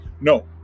No